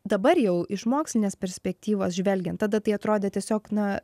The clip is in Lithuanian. dabar jau iš mokslinės perspektyvos žvelgiant tada tai atrodė tiesiog na